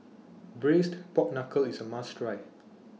Braised Pork Knuckle IS A must Try